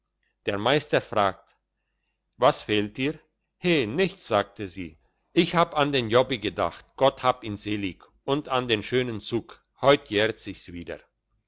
der meister fragt was fehlt dir he nichts sagte sie ich hab an den jobbi gedacht gott hab ihn selig und an den schönen zug heut jährt sich's wieder